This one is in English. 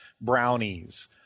brownies